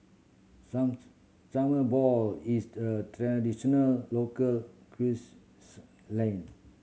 summer ball is the a traditional local